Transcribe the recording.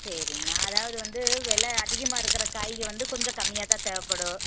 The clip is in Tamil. சரிங்கண்ணா அதாவது வந்து வில அதிகமாக இருக்கிற காய்க வந்து கொஞ்சம் கம்மியாகதான் தேவைப்படும்